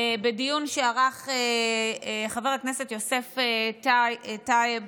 בדיון שערך חבר הכנסת יוסף טייב